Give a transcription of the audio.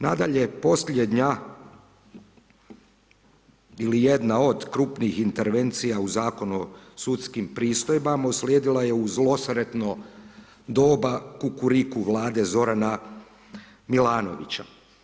Nadalje posljednja, ili jedna od krupnih intervencija u Zakonu o sudskim pristojbama uslijedila je uz posredno doba kukuriku vlade Zorana Milanovića.